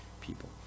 people